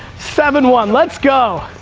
seven, one. let's go.